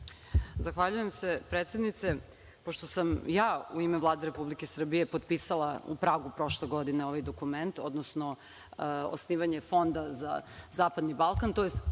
Zahvaljujem se, predsednice. Pošto sam ja u ime Vlade Republike Srbije potpisala u Pragu prošle godine ovaj dokument, odnosno osnivanje Fonda za zapadni Balkan, tj.